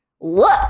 look